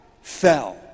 fell